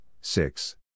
six